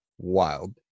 Wild